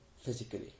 physically